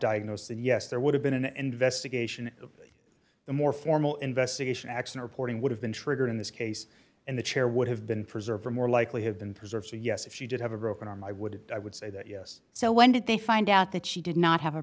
diagnose it yes there would have been an investigation of the more formal investigation acts and reporting would have been triggered in this case and the chair would have been preserved or more likely have been preserved so yes if she did have a broken arm i would i would say that yes so when did they find out that she did not have a